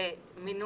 שמינו